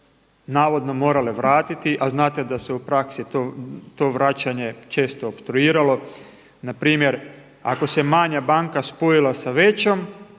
navodno morale vratiti, a znate da se u praksi to vraćanje često opstruiralo. Na primjer ako se manja banka spojila sa većom